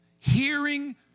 hearing